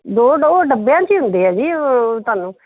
ਦੋ ਦੋ ਡੱਬਿਆਂ 'ਚ ਹੁੰਦੇ ਆ ਜੀ ਤੁਹਾਨੂੰ